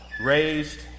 raised